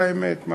זאת האמת.